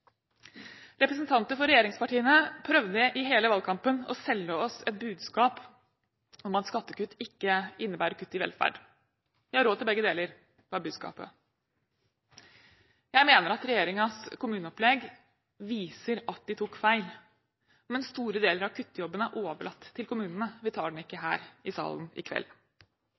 Representanter for regjeringspartiene prøvde i hele valgkampen å selge oss et budskap om at skattekutt ikke innebærer kutt i velferd. Vi har råd til begge deler, var budskapet. Jeg mener at regjeringens kommuneopplegg viser at de tok feil, men store deler av kuttejobben er overlatt til kommunene, vi tar den ikke her i salen i kveld.